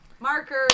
Marker